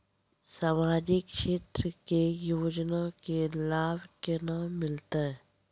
समाजिक क्षेत्र के योजना के लाभ केना मिलतै?